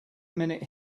minute